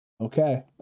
Okay